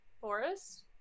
forest